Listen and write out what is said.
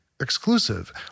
exclusive